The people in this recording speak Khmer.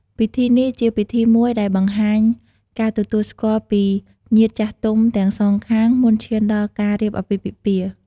ពិធីនេះជា ពិធីមួយដែលបង្ហាញការទទួលស្គាល់ពីញាតិចាស់ទុំទាំងសងខាងមុនឈានដល់ការរៀបអាពាហ៍ពិពាហ៍។